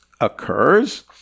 occurs